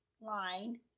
line